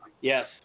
Yes